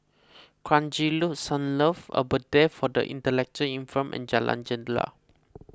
Kranji Loop Sunlove Abode for the Intellectually Infirmed and Jalan Jendela